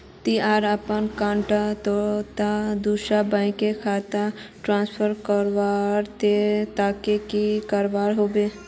ती अगर अपना अकाउंट तोत दूसरा बैंक कतेक ट्रांसफर करबो ते कतेक की करवा होबे बे?